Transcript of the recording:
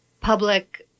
public